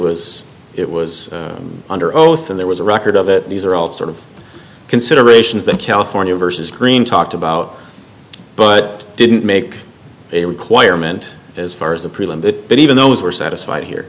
was it was under oath and there was a record of it these are all sort of considerations that california versus cream talked about but didn't make a requirement as far as the prelim bit but even those were satisfied here